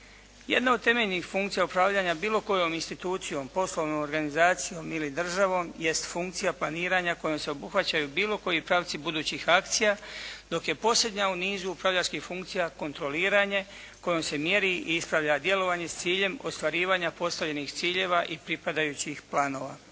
Jedna od temeljnih funkcija upravljanja bilo kojom institucijom, poslovnom organizacijom ili državom jest funkcija planiranja kojom se obuhvaćaju bilo koji pravci budućih akcija dok je posljednja u nizu upravljačkih funkcija kontroliranje kojim se mjeri i ispravlja djelovanjem s ciljem ostvarivanja postavljenih ciljeva i pripadajućih planova.